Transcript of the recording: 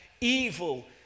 Evil